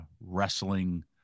wrestling